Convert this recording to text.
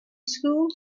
school